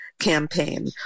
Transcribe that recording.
campaign